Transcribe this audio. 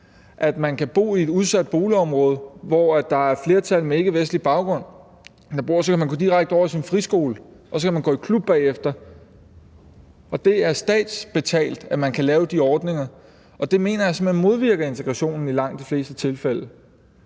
Man kan bo i et udsat boligområde, hvor der bor et flertal med ikkevestlig baggrund, og så kan man gå direkte over i sin friskole, og så kan man gå i klub bagefter, og det er statsbetalt, at man kan lave de ordninger, og det mener jeg simpelt hen modvirker integrationen i langt de fleste tilfælde.